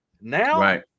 Now